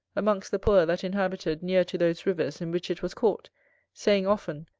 amongst the poor that inhabited near to those rivers in which it was caught saying often,